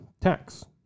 tax